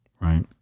right